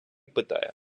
питає